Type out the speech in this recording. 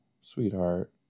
sweetheart